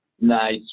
Nice